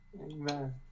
Amen